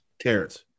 Terrence